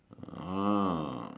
ah